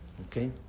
Okay